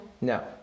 No